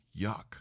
Yuck